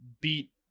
beat